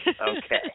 Okay